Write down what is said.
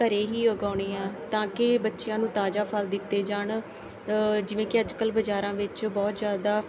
ਘਰ ਹੀ ਉਗਾਉਂਦੇ ਹਾਂ ਤਾਂ ਕਿ ਬੱਚਿਆਂ ਨੂੰ ਤਾਜ਼ਾ ਫਲ ਦਿੱਤੇ ਜਾਣ ਜਿਵੇਂ ਕਿ ਅੱਜ ਕੱਲ੍ਹ ਬਜ਼ਾਰਾਂ ਵਿੱਚ ਬਹੁਤ ਜ਼ਿਆਦਾ